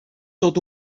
tot